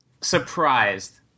surprised